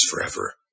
forever